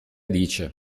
dice